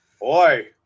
Boy